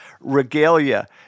regalia